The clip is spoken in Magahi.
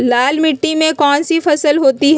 लाल मिट्टी में कौन सी फसल होती हैं?